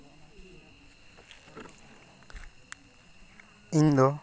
ᱤᱧ ᱫᱚ